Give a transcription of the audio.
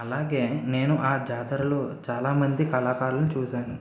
అలాగే నేను ఆ జాతరలో చాలామంది కళాకారులను చూశాను